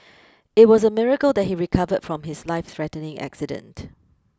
it was a miracle that he recovered from his life threatening accident